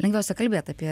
lengviausia kalbėt apie